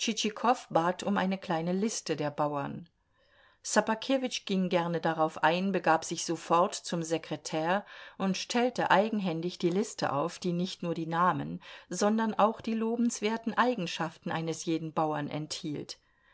bat um eine kleine liste der bauern ssobakewitsch ging gerne darauf ein begab sich sofort zum sekretär und stellte eigenhändig die liste auf die nicht nur die namen sondern auch die lobenswerten eigenschaften eines jeden bauern enthielt